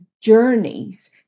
journeys